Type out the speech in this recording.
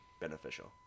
beneficial